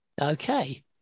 okay